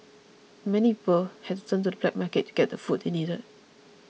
many people had to turn to the black market to get the food they needed